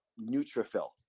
neutrophil